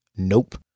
Nope